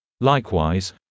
Likewise